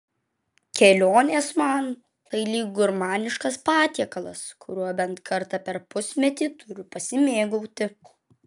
kelionės man tai lyg gurmaniškas patiekalas kuriuo bent kartą per pusmetį turiu pasimėgauti